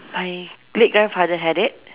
my late grandfather had it